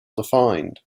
defined